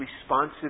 responsive